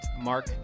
Mark